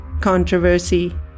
Controversy